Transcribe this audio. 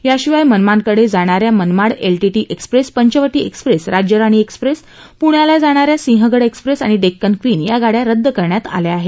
याशिवाय मनामाडकडे जाणा या Manmad LTT express Panchvati express Rajyarani express पुण्याला जाणा या सिंहगड एक्सप्रेस आणि डेक्कन क्वीन या गाड्या रद्द करण्यात आल्या आहेत